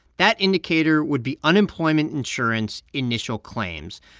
that indicator would be unemployment insurance initial claims.